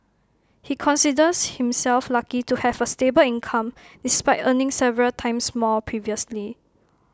he considers himself lucky to have A stable income despite earning several times more previously